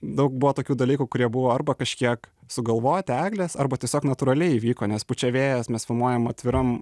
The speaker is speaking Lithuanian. daug buvo tokių dalykų kurie buvo arba kažkiek sugalvoti eglės arba tiesiog natūraliai įvyko nes pučia vėjas mes filmuojam atviram